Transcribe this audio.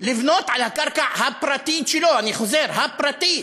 לבנות על הקרקע הפרטית שלו, אני חוזר: הפרטית,